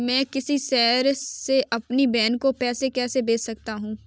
मैं किसी दूसरे शहर से अपनी बहन को पैसे कैसे भेज सकता हूँ?